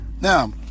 now